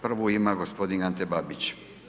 Prvu ima gospodin Ante Babić.